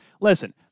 listen –